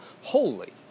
holy